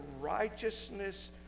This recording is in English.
righteousness